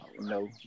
No